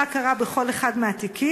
מה קרה בכל אחד מהתיקים,